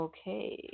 Okay